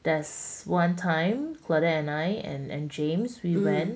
there's one time claudet and I and james we went